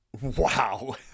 Wow